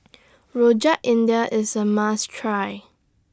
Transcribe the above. Rojak India IS A must Try